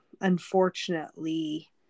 unfortunately